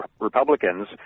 Republicans